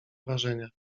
wrażenia